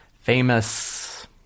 famous